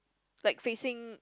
like facing